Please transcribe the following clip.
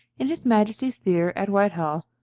in his majesties theatre at white-hall,